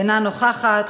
אינה נוכחת,